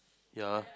ya